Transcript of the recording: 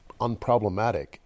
unproblematic